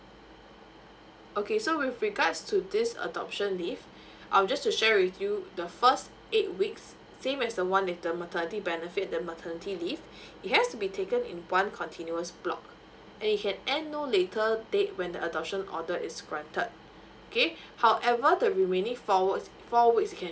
okay so with regards to this adoption leave I'll just to share with you the first eight weeks same as the one with the maternity benefit and the maternity leave it has to be taken in one continuous block and you can end no later date when the adoption order is granted okay however the remaining four weeks you can